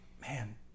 man